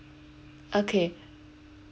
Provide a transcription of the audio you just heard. okay